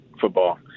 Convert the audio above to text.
football